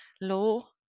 law